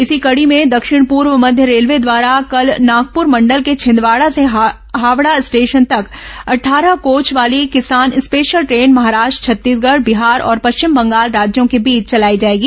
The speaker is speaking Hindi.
इसी कड़ी में दक्षिण पूर्व मध्य रेलवे द्वारा कल नागपुर मंडल के छिंदवाड़ा से हावड़ा स्टेशन तक अट्ठारह कोच वाली किसान स्पेशल ट्रेन महाराष्ट्र छत्तीसगढ़ बिहार और पश्चिम बंगाल राज्यों के बीच चलाई जाएगी